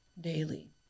daily